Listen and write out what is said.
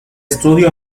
estudio